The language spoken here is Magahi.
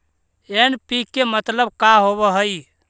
एन.पी.के मतलब का होव हइ?